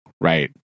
right